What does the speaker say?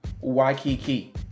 Waikiki